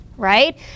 right